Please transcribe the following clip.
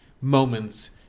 moments